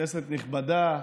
כנסת נכבדה,